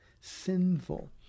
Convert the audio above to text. sinful